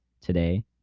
today